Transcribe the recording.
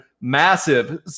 massive